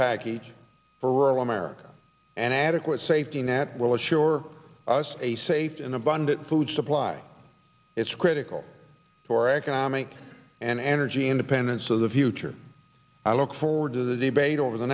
package for rural america an adequate safety net will assure us a safe and abundant food supply it's critical for economic and energy independence of the future i look forward to the debate over the